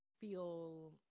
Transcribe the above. feel